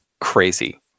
crazy